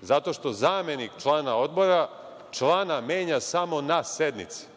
zato što zamenik člana Odbora člana menja samo na sednici,